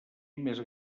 més